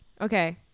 Okay